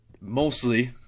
mostly